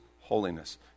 holiness